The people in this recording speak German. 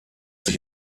sich